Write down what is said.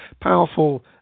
powerful